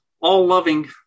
all-loving